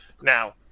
Now